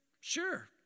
Sure